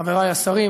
חברי השרים,